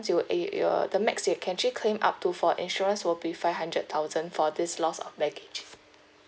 you eh your the max you can actually claim up to for insurance will be five hundred thousand for this loss of package